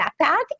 backpack